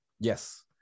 Yes